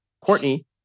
Courtney